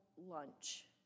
lunch